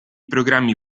programmi